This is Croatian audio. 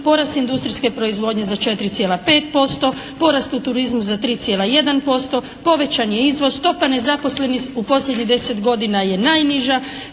porast industrijske proizvodnje za 4,5%, porast u turizmu za 3,1%, povećan je izvoz, stopa nezaposlenih u posljednjih 10 godina je najniža,